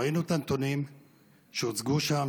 ראינו את הנתונים שהוצגו שם,